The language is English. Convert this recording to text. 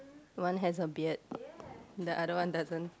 one has a beard the other one doesn't